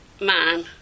man